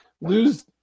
lose